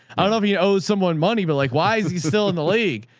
i don't know if you owe someone money, but like why is he still in the league?